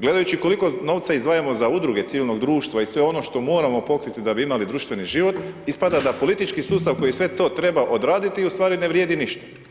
gledajući koliko novca izdvajamo za udruge civilnog društva i sve ono što moramo pokriti da bi imali društveni život ispada da politički sustav koji sve to treba odraditi ustvari ne vrijedi ništa.